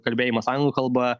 kalbėjimas anglų kalba